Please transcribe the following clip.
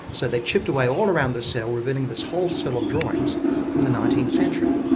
so they chipped away all around the cell revealing this whole cell of drawings from the nineteenth century.